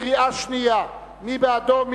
קריאה שנייה, מי בעדו?